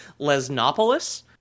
Lesnopolis